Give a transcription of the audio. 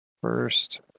First